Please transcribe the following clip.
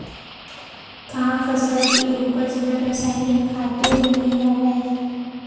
का फसल के उपज बर रासायनिक खातु बने हवय?